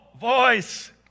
voice